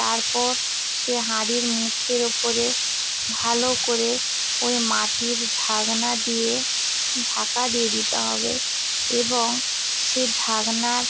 তারপর সে হাঁড়ির মুখের উপরে ভালো করে ওই মাটির ঢাকনা দিয়ে ঢাকা দিয়ে দিতে হবে এবং সে ঢাকনার